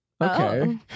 okay